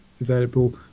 available